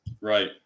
Right